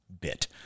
bit